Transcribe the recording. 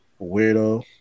Weirdo